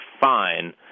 fine